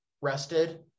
rested